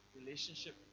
relationship